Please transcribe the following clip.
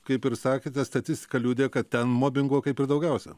kaip ir sakėte statistika liudija kad ten mobingo kaip ir daugiausiai